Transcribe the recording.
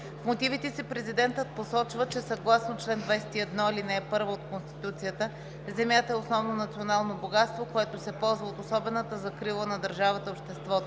В мотивите си Президентът посочва, че съгласно чл. 21, ал. 1 от Конституцията, земята е основно национално богатство, което се ползва от особената закрила на държавата и обществото.